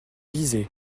lisez